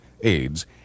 AIDS